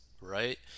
right